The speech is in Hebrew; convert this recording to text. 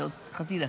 חצי דקה.